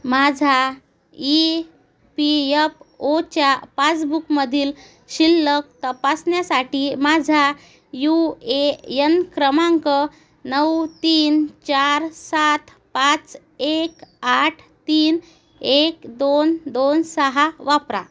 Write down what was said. माझ्या E P F ओच्या पासबुकमधील शिल्लक तपासण्यासाठी माझा यू ए यन क्रमांक नऊ तीन चार सात पाच एक आठ तीन एक दोन दोन सहा वापरा